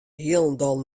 hielendal